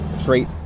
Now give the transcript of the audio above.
straight